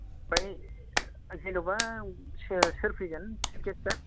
आमफ्राय जेन'बा सो सोर फैगोन सिफ गेष्टया